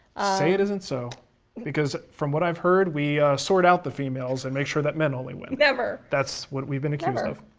say it isn't so because from what i've heard we sort out the females, and make sure that men only win. never. that's what we've been accused of.